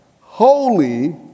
holy